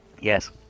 Yes